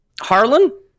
harlan